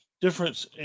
difference